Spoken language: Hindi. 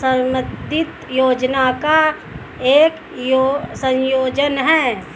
समृद्धि योजना का एक संयोजन है